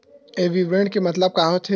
ये विवरण के मतलब का होथे?